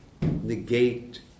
negate